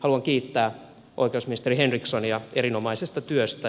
haluan kiittää oikeusministeri henrikssonia erinomaisesta työstä